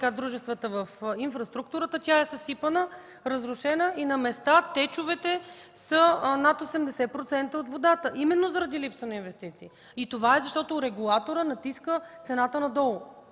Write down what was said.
дружествата в инфраструктурата, тя е съсипана, разрушена и на места течовете са над 80% от водата. Това е именно заради липсата на инвестиции и защото регулаторът натиска цената надолу,